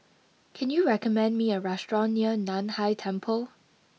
can you recommend me a restaurant near Nan Hai Temple